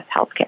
healthcare